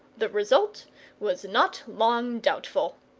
the result was not long doubtful.